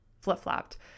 flip-flopped